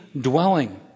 dwelling